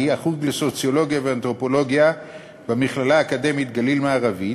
מהחוג לסוציולוגיה ואנתרופולוגיה במכללה האקדמית גליל מערבי,